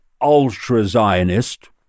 ultra-Zionist